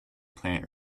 plant